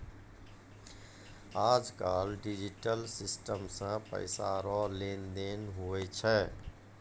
आज कल digital system से पैसा रो लेन देन हुवै छै